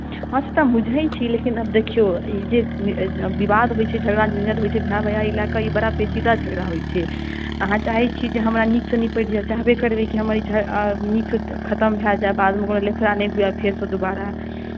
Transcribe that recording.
हँ से तऽ हम बुझै छी लेकिन आब देखियौ ई जे विवाद होइ छै झगड़ा झञ्झट होइ छै भाय भैयारी लए कऽ ई बड़ा पेंचीदा झगड़ा होइ छै अहाँ चाहै छी जे हमरा नीकसँ निपैट जाय चाहबे करबै कि नीकसँ खतम भए जाय बादमे कोनो लफड़ा नहि हुए फेरसँ दोबारा